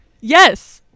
Yes